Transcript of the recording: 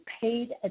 paid